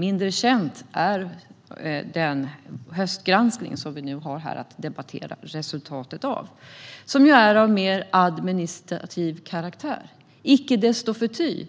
Mindre känd är den höstgranskning vars resultat vi nu har att debattera. Denna är av mer administrativ karaktär. Icke förty